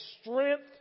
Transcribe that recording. strength